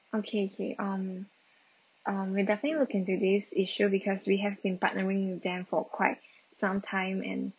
okay K um um we'll definitely look into this issue because we have been partnering with them for quite some time and